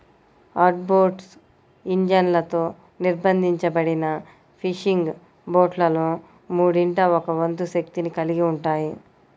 outboard ఇంజన్లతో నిర్బంధించబడిన fishing బోట్లలో మూడింట ఒక వంతు శక్తిని కలిగి ఉంటాయి